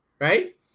right